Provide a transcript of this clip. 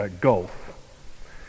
Golf